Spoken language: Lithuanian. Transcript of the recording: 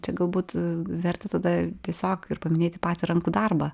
čia galbūt verta tada tiesiog ir paminėti patį rankų darbą